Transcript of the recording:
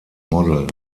model